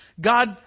God